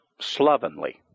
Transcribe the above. slovenly